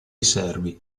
servi